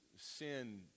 sin